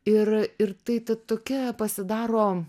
ir ir tai ta tokia pasidaro